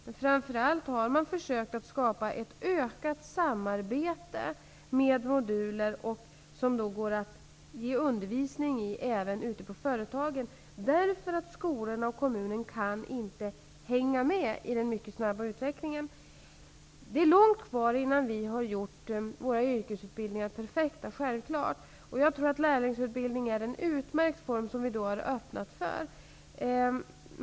Men framför allt har man försökt att skapa ett ökat samarbete med moduler som går att ge undervisning i även ute i företagen, därför att skolorna och kommunerna inte kan hänga med i den mycket snabba utvecklingen. Det är självfallet långt kvar innan vi har gjort våra yrkesutbildningar perfekta. Jag tror att lärlingsutbildning är en utmärkt form, som vi har öppnat för.